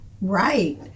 right